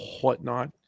whatnot